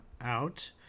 out